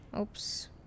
oops